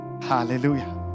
Hallelujah